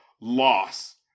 loss